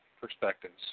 perspectives